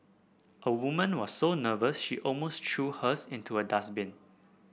a woman was so nervous she almost threw hers into a dustbin